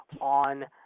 on